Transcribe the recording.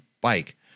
bike